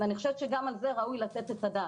אני חושבת שגם על זה ראוי לתת את הדעת.